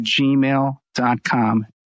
gmail.com